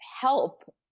help